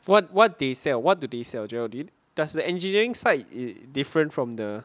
what what they sell what do they sell jarrell does the engineering side it different from the